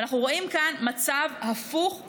ואנחנו רואים כאן מצב הפוך לחלוטין.